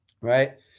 Right